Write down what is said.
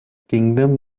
kingdom